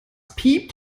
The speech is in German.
piept